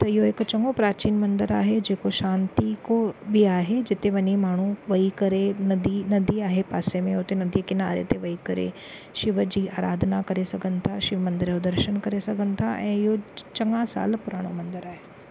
त इहो हिकु चङो प्रचीन मंदरु आहे जेको शांती को बि आहे जिते वञी माण्हू वेही करे नदी नदी आहे पासे में हुते नदी किनारे ते वेही करे शिव जी अराधना करे सघनि था शिव मंदर जो दर्शन करे सघन था ऐं इहो चङा साल पुराणो मंदरु आहे